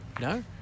No